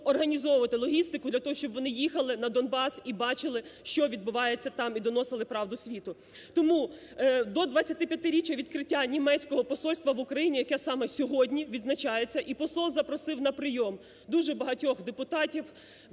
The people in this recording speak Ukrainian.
організовувати логістику для того, щоб вони їхали на Донбас і бачили, що відбувається там і доносили правду світу. Тому до 25-річчя відкриття німецького посольства в Україні, яке саме сьогодні відзначається, і посол запросив на прийом дуже багатьох депутатів,